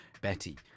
Betty